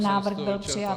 Návrh byl přijat.